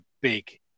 big